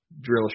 drill